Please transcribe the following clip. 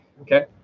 Okay